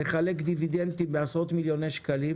לחלק דיבידנדים של עשרות מיליוני שקלים